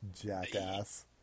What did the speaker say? jackass